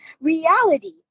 Reality